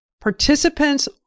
participants